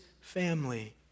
family